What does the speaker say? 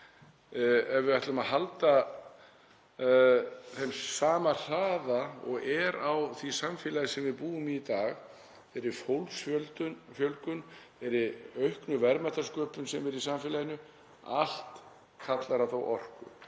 ef við ætlum að halda þeim sama hraða og er á því samfélagi sem við búum í í dag, þeirri fólksfjölgun og þeirri auknu verðmætasköpun sem er í samfélaginu. Allt kallar það á orku.